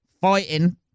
fighting